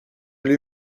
lui